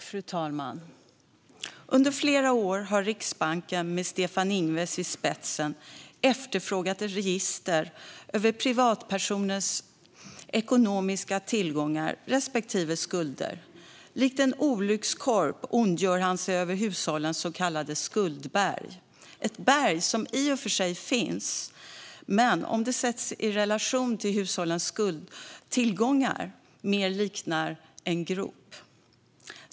Fru talman! Under flera år har Riksbanken, med Stefan Ingves i spetsen, efterfrågat ett register över privatpersoners ekonomiska tillgångar respektive skulder. Likt en olyckskorp ondgör han sig över hushållens så kallade skuldberg. Det är ett berg som i och för sig finns, men om det sätts i relation till hushållens tillgångar liknar det mer en grop.